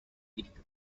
week